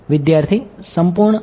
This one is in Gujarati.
વિદ્યાર્થી સંપૂર્ણ સામાન્ય